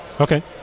Okay